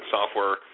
Software